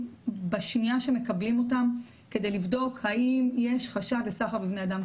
בשנייה שמקבלים אותם כדי לבדוק האם יש חשד לסחר בבני אדם.